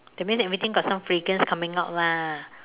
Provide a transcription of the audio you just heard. that means everything got some fragrance coming out lah